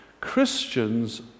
Christians